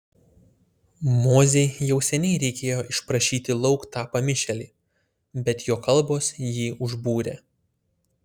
mozei jau seniai reikėjo išprašyti lauk tą pamišėlį bet jo kalbos jį užbūrė